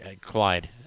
Clyde